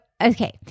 okay